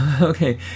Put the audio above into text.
Okay